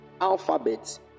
alphabets